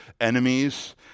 enemies